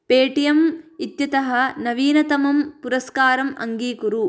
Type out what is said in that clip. Paytm इत्यतः नवीनतमं पुरस्कारम् अङ्गीकुरु